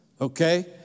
Okay